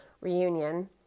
reunion